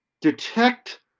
detect